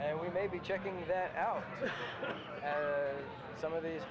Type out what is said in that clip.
and we may be checking that out for some of these